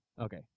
Okay